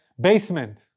basement